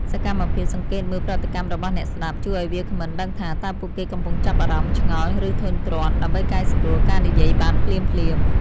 សកម្មភាពសង្កេតមើលប្រតិកម្មរបស់អ្នកស្ដាប់ ជួយឱ្យវាគ្មិនដឹងថា តើពួកគេកំពុងចាប់អារម្មណ៍ ឆ្ងល់ ឬធុញទ្រាន់ ដើម្បីកែសម្រួលការនិយាយបានភ្លាមៗ។